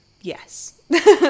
yes